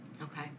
Okay